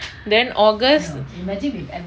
then august